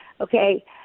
okay